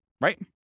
Right